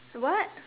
what